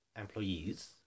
employees